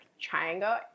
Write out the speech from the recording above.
Triangle